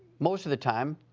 most of the time.